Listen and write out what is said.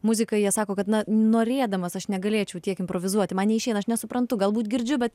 muziką jie sako kad norėdamas aš negalėčiau tiek improvizuoti man neišeina aš nesuprantu galbūt girdžiu bet